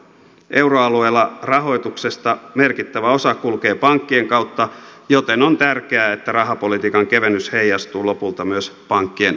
euroalueella rahoituksesta merkittävä osa kulkee pankkien kautta joten on tärkeää että rahapolitiikan kevennys heijastuu lopulta myös pankkien antolainauskorkoihin